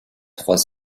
trois